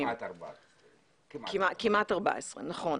כמעט 14,000. כמעט 14,000, נכון.